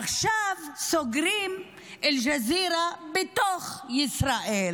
עכשיו סוגרים את אל-ג'זירה בתוך ישראל,